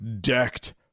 Decked